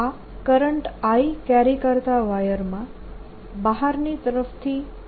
આ current I carry કરતા વાયરમાં બહારની તરફથી કરંટ ફરીથી આવે છે